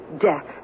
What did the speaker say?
death